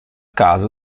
caso